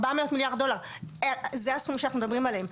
400 מיליארד דולר, זה הסכום שאנחנו מדברים עליו.